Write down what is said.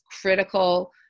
critical